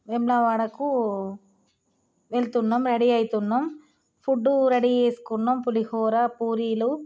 వేములవాడకు వెళ్తున్నాం రెడీ అయితున్నాం food ready చేసుకున్నాం పులిహోర పూరీలు